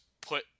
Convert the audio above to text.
put